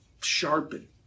sharpen